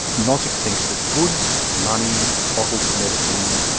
nosick thinks that goods, money, bottles of medicine,